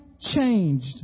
changed